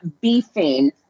beefing